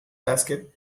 basket